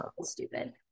stupid